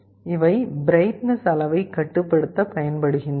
இவை பிரைட்னஸ் அளவைக் கட்டுப்படுத்தப் பயன்படுகின்றன